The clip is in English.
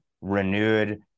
renewed